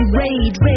rage